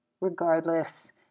Regardless